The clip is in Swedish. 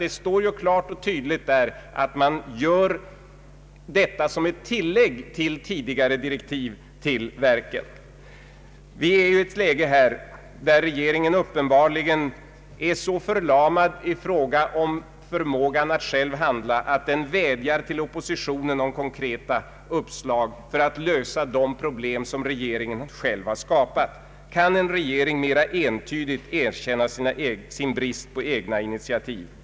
Det står ju där klart och tydligt att man gör detta uttalande som ett tillägg till tidigare direktiv till verken. Vi befinner oss i ett läge där regeringen uppenbarligen är så förlamad i fråga om förmåga att själv handla att den vädjar till oppositionen om konkreta uppslag för att lösa de problem som regeringen själv skapat. Kan en regering mera entydigt erkänna sin brist på egna initiativ?